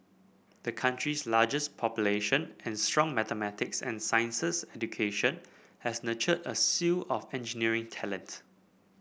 the country's largest population and strong mathematics and sciences education has nurtured a slew of engineering talent